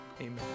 Amen